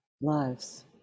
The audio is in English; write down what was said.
lives